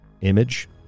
image